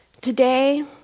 Today